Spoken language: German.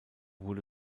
wurde